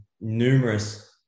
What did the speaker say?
numerous